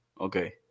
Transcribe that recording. Okay